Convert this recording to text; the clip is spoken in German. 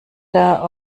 der